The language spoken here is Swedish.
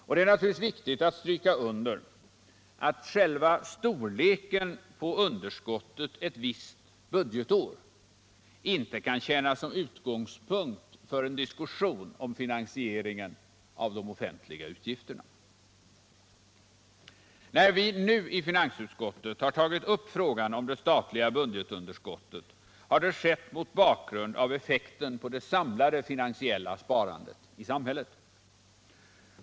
Och det är naturligtvis viktigt att stryka under att själva storleken på underskottet ett visst budgetår inte kan tjäna som utgångspunkt för en diskussion om finansieringen av de offentliga utgifterna. När vi nu i finansutskottet har tagit upp frågan om det statliga budgetunderskottet har det skett mot bakgrund av effekten på det samlade finansiella sparandet i samhället.